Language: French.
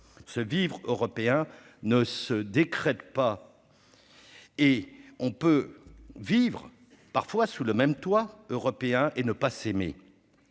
se vivre européens ne se décrète pas, et on peut vivre parfois sous le même toit européen et ne pas s'aimer,